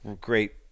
great